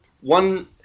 one